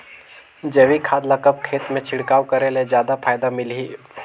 जैविक खाद ल कब खेत मे छिड़काव करे ले जादा फायदा मिलही?